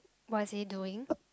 what is he doing